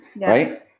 right